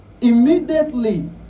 immediately